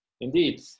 indeed